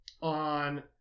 on